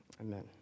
amen